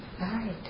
Right